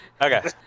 Okay